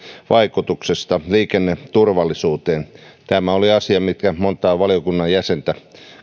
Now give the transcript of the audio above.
vaikutuksesta liikenneturvallisuuteen tämä oli asia mikä montaa valiokunnan jäsentä